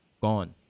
gone